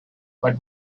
but